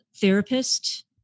therapist